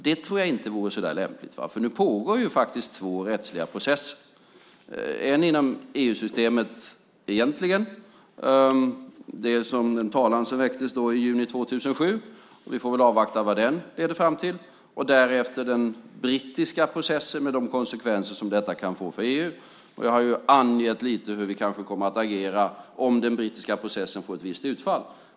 Det tror jag inte vore så lämpligt, för nu pågår faktiskt två rättsliga processer, en inom det egentliga EU-systemet, nämligen den talan som väcktes i juni 2007 - vi får väl avvakta vad den leder fram till - och därefter den brittiska processen med de konsekvenser som detta kan få för EU. Jag har angett lite om hur vi kanske kommer att agera om den brittiska processen får ett visst utfall.